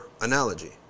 analogy